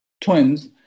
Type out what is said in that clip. twins